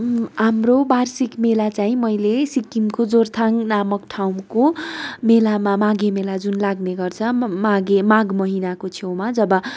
हाम्रो वार्षिक मेला चाहिँ मैले सिक्किमको जोरथाङ नामक ठाउँको मेलामा माघे मेला जुन लाग्ने गर्छ माघे माघ महिनाको छेउमा जब